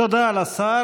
תודה לשר.